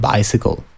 Bicycle